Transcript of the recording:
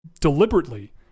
deliberately